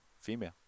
female